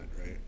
right